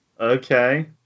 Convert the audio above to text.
Okay